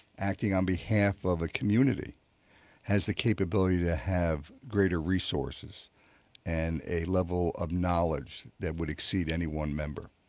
acting on behalf of a community has the capability to have greater resources and a level of knowledge that would exceed any one member.